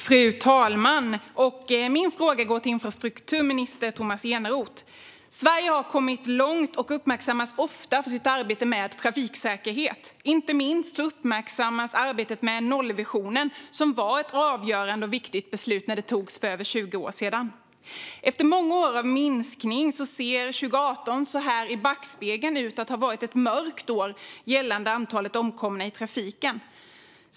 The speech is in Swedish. Fru talman! Min fråga går till infrastrukturminister Tomas Eneroth. Sverige har kommit långt och uppmärksammas ofta för sitt arbete med trafiksäkerhet. Inte minst uppmärksammas arbetet med nollvisionen. Beslutet om den var avgörande och viktigt när det togs för över 20 år sedan. Efter många år av minskning ser 2018 så här i backspegeln ut att ha varit ett mörkt år gällande antalet omkomna i trafiken.